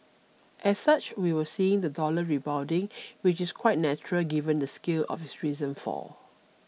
as such we were seeing the dollar rebounding which is quite natural given the scale of its recent fall